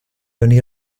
only